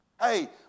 Hey